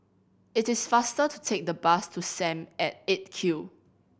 it is faster to take the bus to Sam at Eight Q